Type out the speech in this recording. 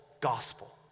gospel